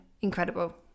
incredible